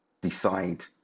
decide